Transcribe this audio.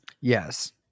Yes